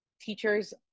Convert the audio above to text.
teachers